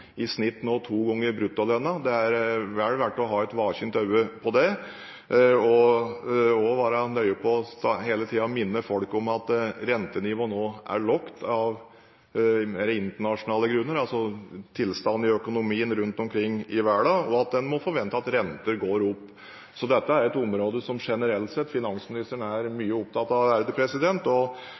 i snitt nå to ganger bruttolønnen. Det er vel verdt å ha et våkent øye på det og også være nøye med hele tiden å minne folk om at rentenivået nå er lavt av mer internasjonale grunner, altså tilstanden i økonomien rundt omkring i verden, og at en må forvente at renten går opp. Så dette er et område som finansministeren generelt sett er opptatt av,